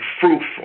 fruitful